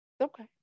Okay